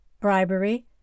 bribery